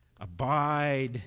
Abide